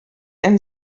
ein